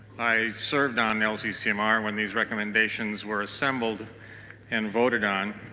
i served on lccmr when these recommendations were assembled and voted on.